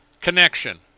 Connection